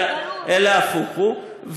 אלא נהפוך הוא,